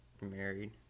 Married